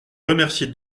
remercie